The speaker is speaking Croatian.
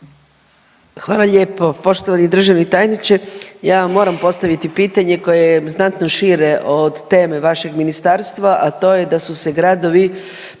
Hvala lijepo. Poštovani državni tajniče, ja vam moram postaviti pitanje koje je znatno šire od teme vašeg ministarstva, a to je da su se gradovi